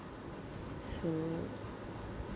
so